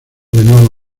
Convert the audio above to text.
nuevo